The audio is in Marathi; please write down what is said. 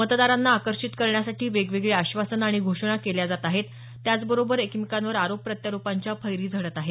मतदारांना आकर्षित करण्यासाठी वेगवेगळी आश्वासन आणि घोषणा केल्या जात आहेत त्याचबरोबर एकमेकांवर आरोप प्रत्यारोपांच्या फैरी झडत आहेत